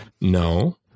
No